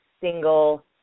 single